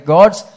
God's